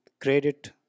credit